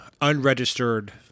unregistered